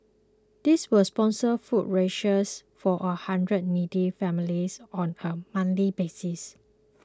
this will sponsor food rations for a hundred needy families on a monthly basis